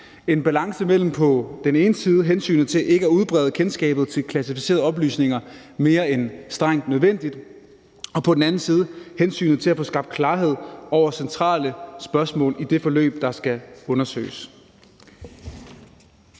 en balance mellem på den ene side hensynet til ikke at udbrede kendskabet til klassificerede oplysninger mere end strengt nødvendigt og på den anden side hensynet til at få skabt klarhed over centrale spørgsmål i det forløb, der skal undersøges.